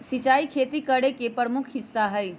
सिंचाई खेती करे के प्रमुख हिस्सा हई